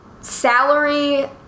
salary